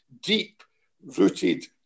deep-rooted